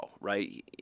right